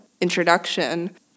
introduction